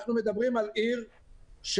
אנחנו מדברים על עיר שכלכלית